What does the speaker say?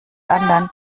anderen